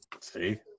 See